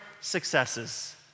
successes